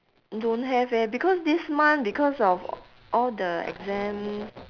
don't have eh because this month because of all the exams